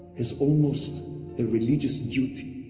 is almost a religious duty,